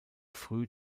früh